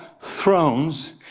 thrones